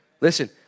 Listen